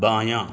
بایاں